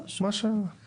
יש הערות נוספות?